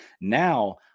Now